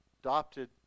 Adopted